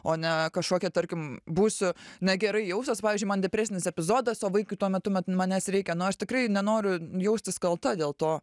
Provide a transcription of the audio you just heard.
o ne kažkokia tarkim būsiu negerai jausiuos pavyzdžiui man depresinis epizodas o vaikui tuo metu manęs reikia nu aš tikrai nenoriu jaustis kalta dėl to